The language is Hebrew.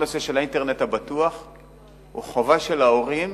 כל הנושא של האינטרנט הבטוח הוא חובה של ההורים